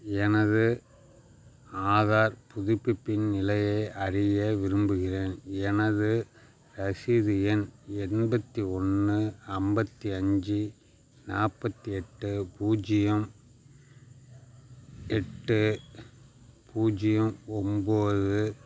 எனது ஆதார் புதுப்பிப்பின் நிலையை அறிய விரும்புகின்றேன் எனது ரசீது எண் எண்பத்தி ஒன்று ஐம்பத்தி அஞ்சு நாற்பத்தி எட்டு பூஜ்ஜியம் எட்டு பூஜ்ஜியம் ஒன்போது